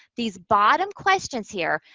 these bottom questions here,